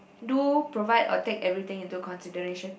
do provide or take everything in to consideration